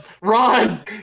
Run